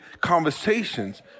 conversations